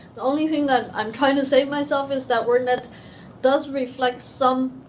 the only thing that i'm trying to save myself is that wordnet does reflect some